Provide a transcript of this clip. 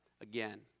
again